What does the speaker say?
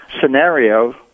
scenario